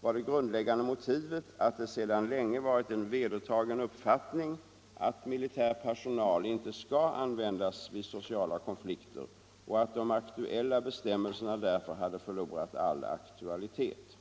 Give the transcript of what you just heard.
var det grundläggande motivet att det sedan länge varit en vedertagen uppfattning att militär personal inte skall användas vid sociala konflikter och att de aktuella bestämmelserna därför hade förlorat all aktualitet.